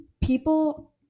People